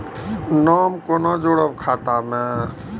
नाम कोना जोरब खाता मे